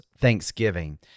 thanksgiving